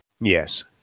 Yes